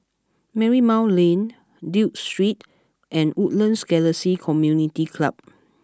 Marymount Lane Duke Street and Woodlands Galaxy Community Club